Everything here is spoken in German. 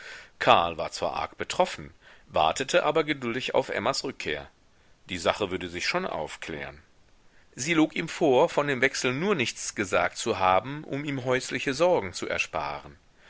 karl war zwar arg betroffen wartete aber geduldig auf emmas rückkehr die sache würde sich schon aufklären sie log ihm vor von dem wechsel nur nichts gesagt zu haben um ihm häusliche sorgen zu ersparen